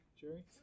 Jerry